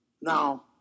Now